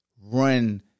run